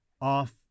off